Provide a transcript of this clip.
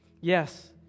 Yes